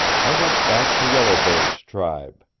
i went back to yellow bird's tribe.